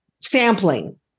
sampling